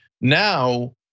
Now